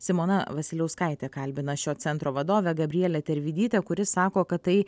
simona vasiliauskaitė kalbina šio centro vadovę gabrielę tervidytę kuri sako kad tai